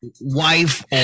wife